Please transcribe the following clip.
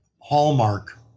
hallmark